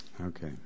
Okay